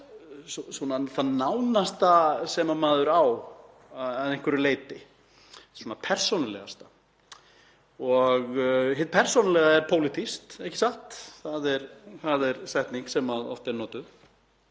það nánasta sem maður á að einhverju leyti, það persónulegasta. Og hið persónulega er pólitískt, ekki satt? Það er setning sem oft er notuð.